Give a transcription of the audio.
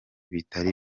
bitari